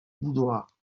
boudoir